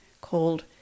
called